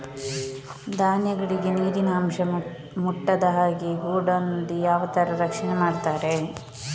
ಧಾನ್ಯಗಳಿಗೆ ನೀರಿನ ಅಂಶ ಮುಟ್ಟದ ಹಾಗೆ ಗೋಡೌನ್ ನಲ್ಲಿ ಯಾವ ತರ ರಕ್ಷಣೆ ಮಾಡ್ತಾರೆ?